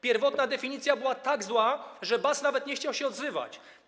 Pierwotna definicja była tak zła, że BAS nawet nie chciał się odzywać.